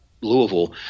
Louisville